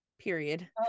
period